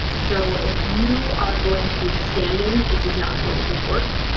so if you are going to be standing, this is not going to work,